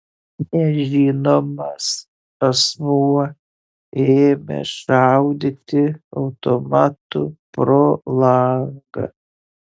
nežinomas asmuo ėmė šaudyti automatu pro langą